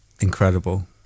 incredible